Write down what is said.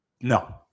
No